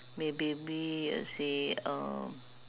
maybe be uh say uh